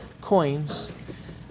coins